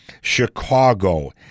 Chicago